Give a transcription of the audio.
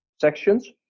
sections